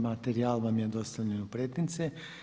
Materijal vam je dostavljen u pretince.